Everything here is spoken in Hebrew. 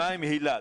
היל"ה?